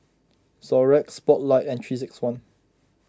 Xorex Spotlight and three six one